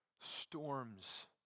storms